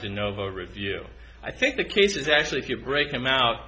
the nova review i think the case is actually if you break them out